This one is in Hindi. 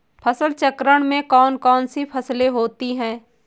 फसल चक्रण में कौन कौन सी फसलें होती हैं?